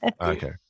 Okay